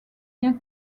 bien